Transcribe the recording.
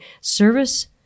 Service